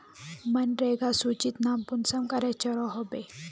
मनरेगा सूचित नाम कुंसम करे चढ़ो होबे?